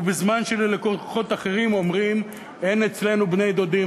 ובזמן שללקוחות אחרים אומרים "אין אצלנו בני-דודים",